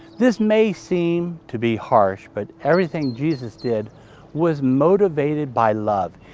this may seem to be harsh, but everything jesus did was motivated by love,